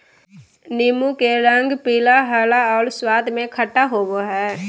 नीबू के रंग पीला, हरा और स्वाद में खट्टा होबो हइ